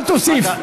אל תוסיף.